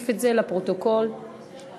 שיצא לפרישה מוקדמת (תיקוני חקיקה),